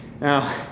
Now